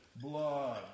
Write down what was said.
blood